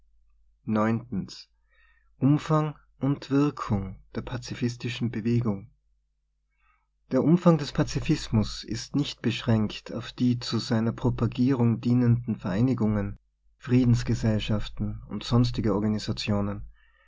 umfang und wirkung der pazifistischen bewegung der umfang des pazifismus ist nicht be schränkt auf die zu seiner propagierung dienenden vereinigungen friedensgesellschaften und sonstige organisationen